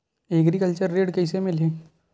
Agriculture ऋण कइसे मिलही?